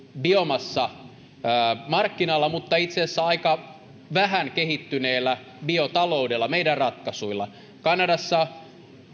biomassamarkkinalla mutta itse asiassa aika vähän kehittyneellä biotaloudella meidän ratkaisuillamme kanadassa